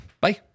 Bye